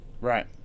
Right